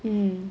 mm